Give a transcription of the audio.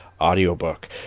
audiobook